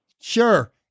Sure